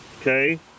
okay